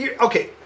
Okay